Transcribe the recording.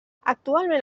actualment